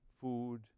food